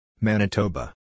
Manitoba